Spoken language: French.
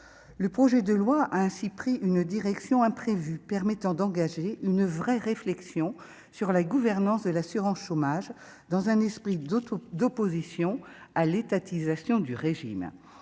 le projet de loi a ainsi pris une direction imprévue permettant d'engager une vraie réflexion sur la gouvernance de l'assurance chômage, dans un esprit d'autres d'opposition à l'étatisation du régime